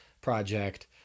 project